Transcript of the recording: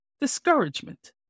Discouragement